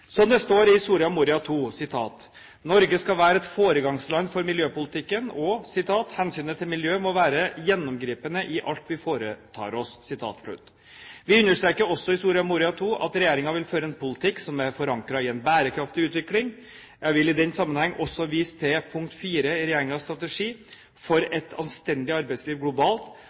Som det står i Soria Moria II: «Norge skal være foregangsland i miljøpolitikken.» Og hensynet til miljø må «være gjennomgripende i alt vi foretar oss». Vi understreker også i Soria Moria II at regjeringen vil føre en politikk som er forankret i en bærekraftig utvikling. Jeg vil i den sammenheng også vise til punkt 4 i regjeringens strategi for et anstendig arbeidsliv globalt,